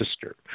sister